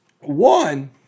One